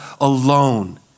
alone